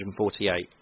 148